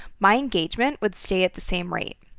my engagement would stay at the same rate.